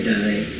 die